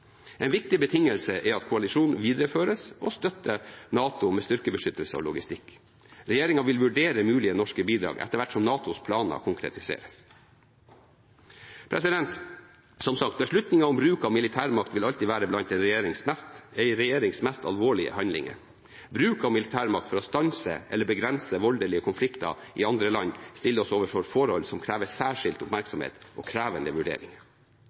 En viktig betingelse er at koalisjonen videreføres og støtter NATO med styrkebeskyttelse og logistikk. Regjeringen vil vurdere mulige norske bidrag etter hvert som NATOs planer konkretiseres. Som sagt, beslutning om bruk av militærmakt vil alltid være blant en regjerings mest alvorlige handlinger. Bruk av militærmakt for å stanse eller begrense voldelige konflikter i andre land stiller oss overfor forhold som krever særskilt oppmerksomhet og krevende vurderinger.